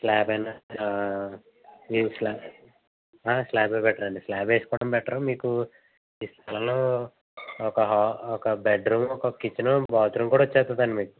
యాభై మధ్య మీరు స్లా స్లాబ్ బెటర్ అండి స్లాబ్ వేసుకోవడం బెటరు మీకు ఈ స్థలంలో ఒక హా ఒక బెడ్రూమ్ ఒక కిచెను ఒక బాత్రూమ్ కూడా వస్తుంది అండి మీకు